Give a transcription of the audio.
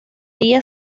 día